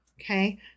Okay